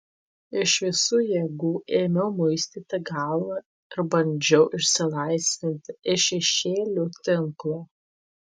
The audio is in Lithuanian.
iš visų jėgų ėmiau muistyti galvą ir bandžiau išsilaisvinti iš šešėlių tinklo